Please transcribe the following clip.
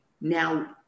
now